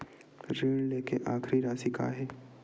ऋण लेके आखिरी राशि का हे?